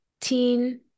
teen